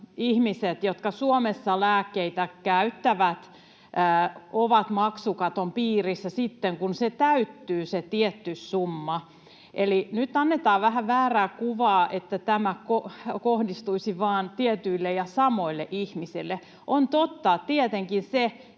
ihmiset, jotka Suomessa lääkkeitä käyttävät, ovat maksukaton piirissä sitten, kun täyttyy se tietty summa. Eli nyt annetaan vähän väärää kuvaa, että tämä kohdistuisi vain tietyille ja samoille ihmisille. On totta tietenkin se,